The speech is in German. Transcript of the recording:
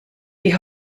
die